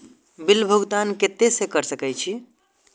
Bill भुगतान केते से कर सके छी?